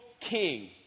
king